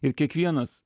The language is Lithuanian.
ir kiekvienas